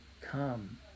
come